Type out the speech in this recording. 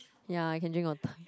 ya I can drink water